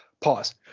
Pause